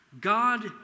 God